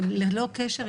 וללא קשר,